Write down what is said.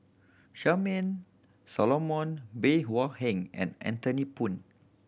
Charmaine Solomon Bey Hua Heng and Anthony Poon